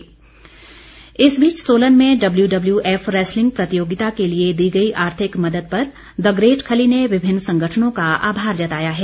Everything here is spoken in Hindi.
आभार इस बीच सोलन में डब्ल्यूडब्ल्यूएफ रैसलिंग प्रतियोगिता के लिए दी गई आर्थिक मदद पर द ग्रेट खली ने विभिन्न संगठनों का आभार जताया है